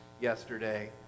yesterday